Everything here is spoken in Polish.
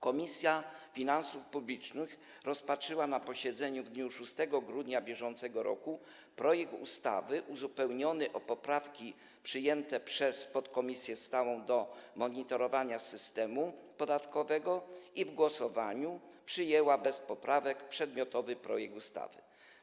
Komisja Finansów Publicznych rozpatrzyła na posiedzeniu w dniu 6 grudnia br. projekt ustawy uzupełniony o poprawki przyjęte przez Podkomisję stałą do monitorowania systemu podatkowego i w głosowaniu przyjęła bez poprawek przedmiotowy projekt ustawy.